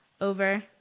over